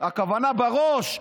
הכוונה בראש.